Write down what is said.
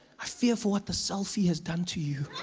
i fear for what the selfie has done to you.